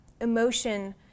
emotion